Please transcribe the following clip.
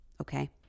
okay